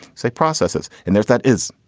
say processes. and there's that is.